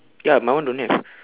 ya my one don't have